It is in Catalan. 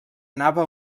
anava